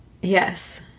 Yes